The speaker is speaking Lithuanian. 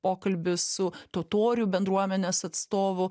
pokalbį su totorių bendruomenės atstovu